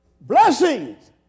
Blessings